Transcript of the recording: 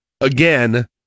again